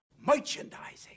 Merchandising